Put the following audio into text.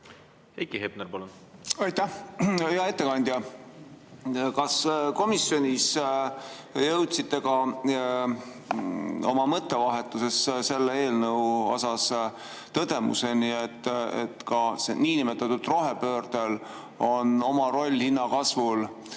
Heiki Hepner, palun! Aitäh! Hea ettekandja! Kas te komisjonis jõudsite oma mõttevahetuses selle eelnõu üle tõdemusele, et ka sel niinimetatud rohepöördel on oma roll hinnakasvus?